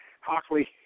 Hockley